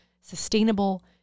sustainable